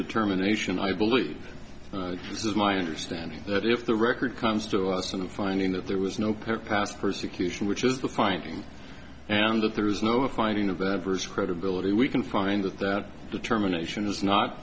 determination i believe this is my understanding that if the record comes to us in a finding that there was no pair past persecution which is the finding and if there is no a finding of adverse credibility we can find that that determination is not